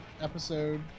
episode